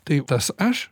tai tas aš